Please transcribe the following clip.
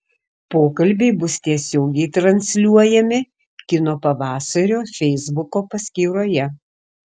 pokalbiai bus tiesiogiai transliuojami kino pavasario feisbuko paskyroje